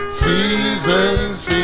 seasons